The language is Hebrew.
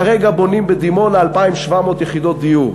כרגע בונים בדימונה 2,700 יחידות דיור.